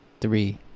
Three